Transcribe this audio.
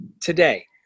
Today